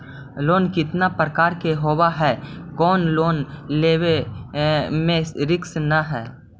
Loan कितना प्रकार के होबा है कोन लोन लेब में रिस्क न है?